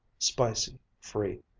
spicy, free.